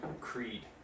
Creed